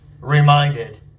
reminded